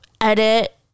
edit